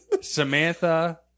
samantha